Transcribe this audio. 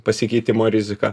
pasikeitimo rizika